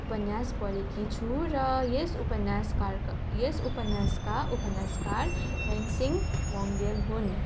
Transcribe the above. उपन्यास पढेकी छु र यस उपन्यासकारका यस उपन्यासका उपन्यासकार लैनसिंह बाङ्देल हुन्